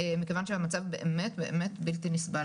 מכיוון שהמצב באמת באמת בלתי נסבל,